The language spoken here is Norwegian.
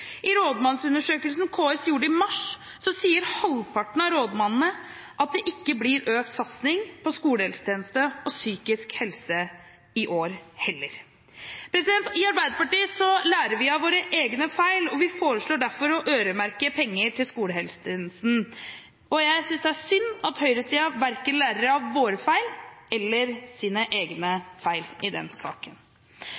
I rådmannsundersøkelsen KS gjorde i mars, sier halvparten av rådmennene at det ikke blir økt satsing på skolehelsetjeneste og psykisk helse i år heller. I Arbeiderpartiet lærer vi av våre egne feil, og vi foreslår derfor å øremerke penger til skolehelsetjenesten. Jeg synes det er synd at høyresiden verken lærer av våre feil eller sine egne feil i den saken.